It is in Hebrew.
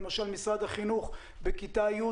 למשל משרד החינוך בכיתה י'.